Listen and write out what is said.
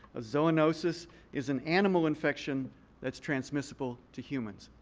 a zoonosis is an animal infection that's transmissible to humans.